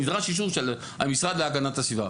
נדרש אישור של המשרד להגנת הסביבה.